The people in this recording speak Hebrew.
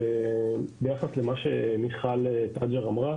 ראשית, ביחס למה שמיכל תג'ר אמרה